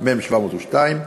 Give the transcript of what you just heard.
מ/702,